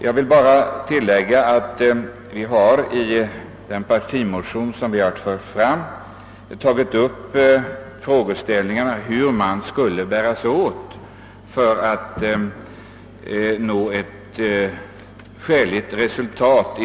Låt mig endast tillägga att vi i vår partimotion om rätt till avdrag vid beskattningen för barntillsyn m.m. tagit upp frågan om hur man skall bära sig åt för att nå en rimlig lösning.